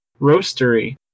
Roastery